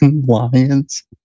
lions